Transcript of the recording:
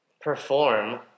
perform